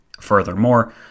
Furthermore